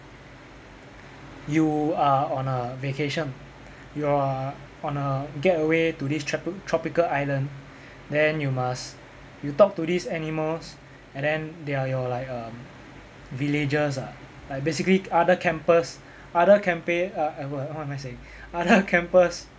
you are on a vacation you are on a getaway to this tropi~ tropical island then you must you talk to these animals and then they are your like err villagers ah like basically other campers other campe~ err what am I saying other campers